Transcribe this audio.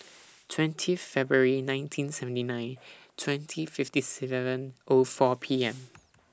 twenty February nineteen seventy nine twenty fifty seven O four P M